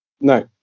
no